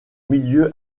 milieu